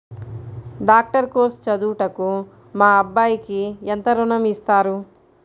Doctor course చదువుటకు మా అబ్బాయికి ఎంత ఋణం ఇస్తారు?